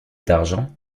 d’argent